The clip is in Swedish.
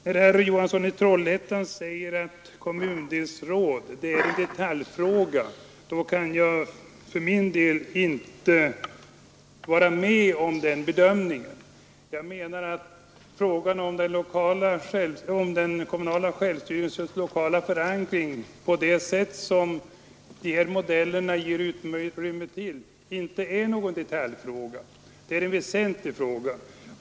När herr Johansson i Trollhättan säger att frågan om kommundelsråd är en detaljfråga, kan jag för min del inte vara med om den bedömningen. Den kommunala självstyrelsens lokala förankring på det sätt som dessa modeller ger utrymme för är inte någon detaljfråga. Den är väsentlig.